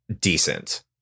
decent